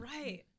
Right